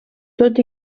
tot